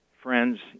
friends